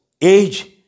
age